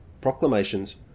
proclamations